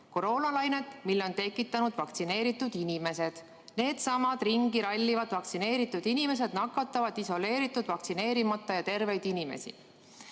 koroonalainet, mille on tekitanud vaktsineeritud inimesed. Needsamad ringi rallivad vaktsineeritud inimesed nakatavad isoleeritud vaktsineerimata ja terveid inimesi.